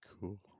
Cool